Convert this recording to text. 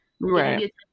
Right